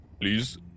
please